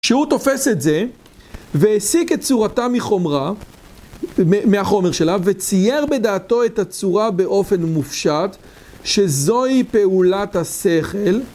כשהוא תופס את זה והסיק את צורתה מחומרה, מהחומר שלה וצייר בדעתו את הצורה באופן מופשט שזוהי פעולת השכל.